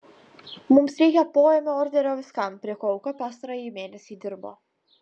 mums reikia poėmio orderio viskam prie ko auka pastarąjį mėnesį dirbo